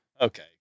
Okay